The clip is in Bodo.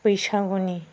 बैसागुनि